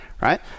right